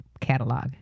catalog